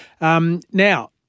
Now